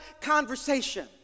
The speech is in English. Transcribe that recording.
conversation